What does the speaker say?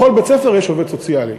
בכל בית-ספר יש עובד סוציאלי.